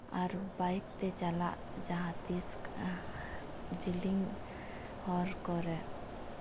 ᱟᱨ ᱵᱟᱭᱤᱠᱛᱮ ᱪᱟᱞᱟᱜ ᱡᱟᱦᱟᱸᱛᱤᱥ ᱡᱤᱞᱤᱧ ᱦᱚᱨ ᱠᱚᱨᱮ